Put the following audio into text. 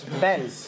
Ben